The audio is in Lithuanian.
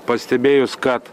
pastebėjus kad